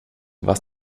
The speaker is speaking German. was